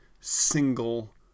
single